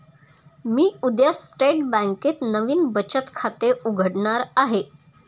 मी उद्या स्टेट बँकेत नवीन बचत खाते उघडणार आहे